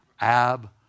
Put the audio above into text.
Ab